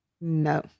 No